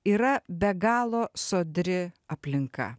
yra be galo sodri aplinka